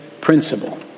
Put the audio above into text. principle